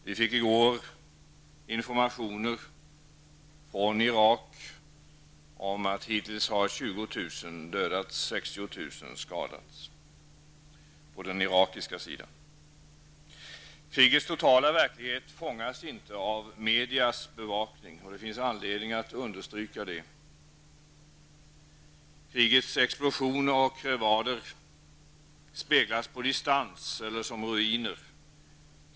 Vi fick i går information från Irak om att 20 000 har dödats och 60.000 skadats hittlls på den irakiska sidan. Krigets totala verklighet fångas inte av medias bevakning. Det finns anledning att understryka det. Krigets explosioner och krevader speglas på distans eller som ruiner.